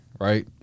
right